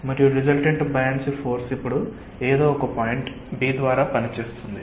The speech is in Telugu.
మరియు రిసల్టెంట్ బయాన్సీ ఫోర్స్ ఇప్పుడు ఏదో ఒక పాయింట్ B ద్వారా పని చేస్తుంది